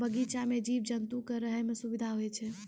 बगीचा सें जीव जंतु क रहै म सुबिधा होय छै